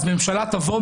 אז ממשלה תבוא,